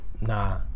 nah